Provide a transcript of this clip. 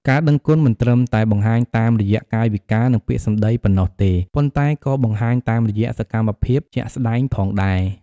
ការដឹងគុណមិនត្រឹមតែបង្ហាញតាមរយៈកាយវិការ និងពាក្យសម្ដីប៉ុណ្ណោះទេ ប៉ុន្តែក៏បង្ហាញតាមរយៈ សកម្មភាពជាក់ស្ដែង ផងដែរ។